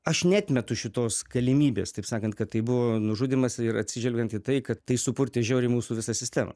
aš neatmetu šitos galimybės taip sakant kad tai buvo nužudymas ir atsižvelgiant į tai kad tai supurtė žiauriai mūsų visą sistemą